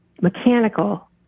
mechanical